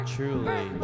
Truly